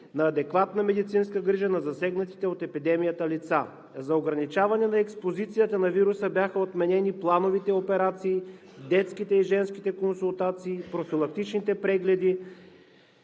на адекватна медицинска грижа на засегнатите от епидемията лица. За ограничаване на експозицията на вируса бяха отменени плановите операции, детските и женските консултации, профилактичните прегледи,